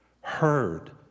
heard